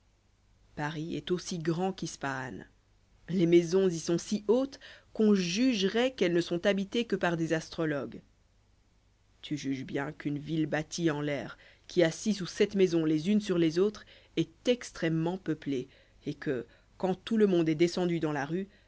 paris est aussi grand qu'ispahan les maisons y sont si hautes qu'on jugerait qu'elles ne sont habitées que par des astrologues tu juges bien qu'une ville bâtie en l'air qui a six ou sept maisons les unes sur les autres est extrêmement peuplée et que quand tout le monde est descendu dans la rue